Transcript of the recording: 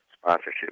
sponsorship